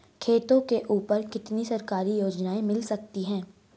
खेतों के ऊपर कितनी सरकारी योजनाएं मिल सकती हैं?